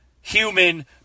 human